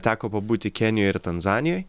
teko pabūti kenijoj ir tanzanijoj